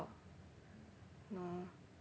no